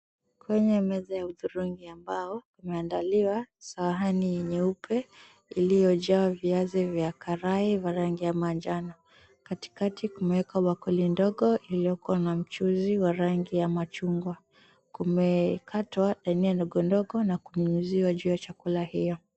Kwenye meza ya udhurungi ambao umeandaliwa sahani nyeupe ilivyojaa viazi vya karai vya rangi ya manjano. Katikati kumewekwa bakuli ndogo ilioko na mchuzi wa rangi ya machungwa. Kumekatwa dania ndogondogo na kunyunyiziwa juu ya chakula hiyo.